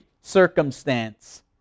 circumstance